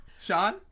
Sean